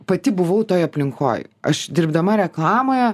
pati buvau toj aplinkoj aš dirbdama reklamoje